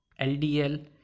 LDL